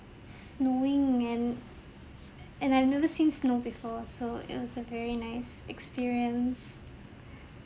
snowing and and I've never seen snow before so it was a very nice experience